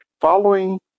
Following